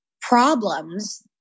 problems